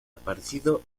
aparecido